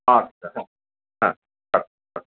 আচ্ছা হ্যাঁ হ্যাঁ হ্যাঁ হ্যাঁ